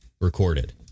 recorded